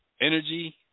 energy